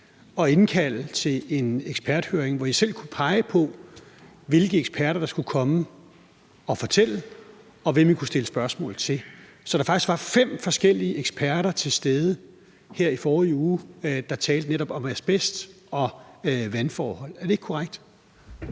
at indkalde til en eksperthøring, hvor I selv kunne pege på, hvilke eksperter der skulle komme og fortælle, og hvem I kunne stille spørgsmål til, så der faktisk var fem forskellige eksperter til stede her i forrige uge, der talte netop om asbest og vandforhold. Er det ikke korrekt?